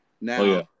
Now